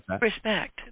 Respect